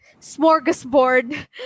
smorgasbord